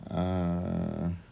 uh